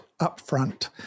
upfront